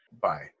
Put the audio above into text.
bye